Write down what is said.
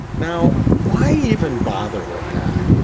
now, why even bother with that?